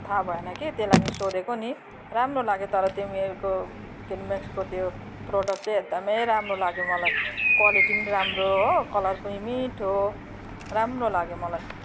थाह भएन कि त्यही लागि सोधेको नि राम्रो लाग्यो तर तिमीहरूको के अरे म्याक्सको त्यो प्रडक्ट चाहिँ एकदमै राम्रो लाग्यो मलाई क्वालिटी पनि राम्रो हो कलर पनि मिठो राम्रो लाग्यो मलाई